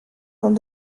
dans